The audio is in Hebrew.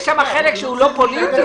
יש שם חלק שהוא לא פוליטי.